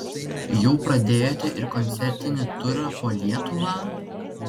jau pradėjote ir koncertinį turą po lietuvą